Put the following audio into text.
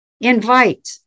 Invite